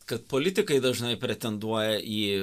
kad politikai dažnai pretenduoja į